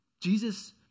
Jesus